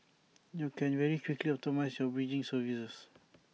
you can very quickly optimise your bridging services